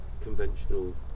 conventional